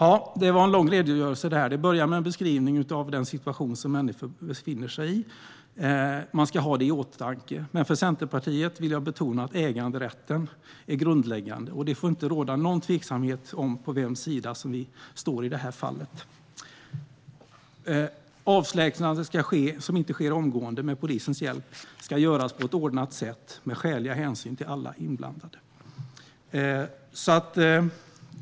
Detta var en lång redogörelse som började med en beskrivning av den situation som människor befinner sig i - man ska ha den i åtanke. Men jag vill betona att för Centerpartiet är äganderätten grundläggande, och det får inte råda någon tveksamhet om på vems sida vi står i detta fall. Avlägsnande som inte sker omgående med polisens hjälp ska göras på ett ordnat sätt, med skäliga hänsyn till alla inblandade.